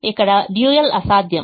ఇక్కడ డ్యూయల్ అసాధ్యం